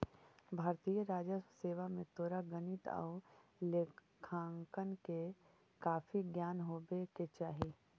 भारतीय राजस्व सेवा में तोरा गणित आउ लेखांकन के काफी ज्ञान होवे के चाहि